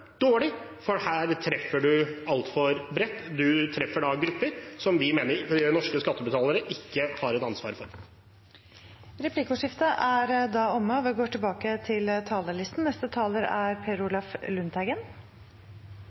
dårlig, for det treffer altfor bredt. Man treffer da grupper vi mener norske skattebetalere ikke har et ansvar for. Replikkordskiftet er over. Først vil jeg ta opp Senterpartiets forslag. Det som er